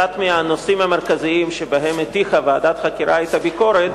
אחד הנושאים המרכזיים שבהם הטיחה ועדת החקירה את הביקורת